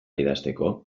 idazteko